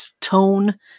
tone